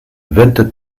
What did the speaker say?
vingt